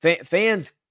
fans –